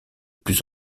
plus